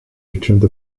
returned